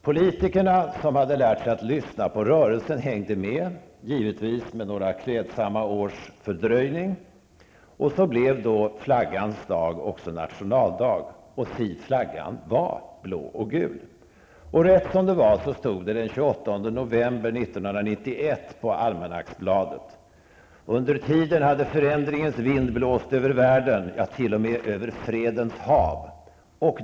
Politikerna som hade lärt sig att lyssna på rörelsen hängde med, givetvis med några klädsamma års fördröjning. Och så blev flaggans dag också nationaldag, och si flaggan var blå och gul. Rätt som det var stod det den 28 november 1991 på almanacksbladet. Under tiden hade förändringens vind blåst över världen och t.o.m. över fredens hav.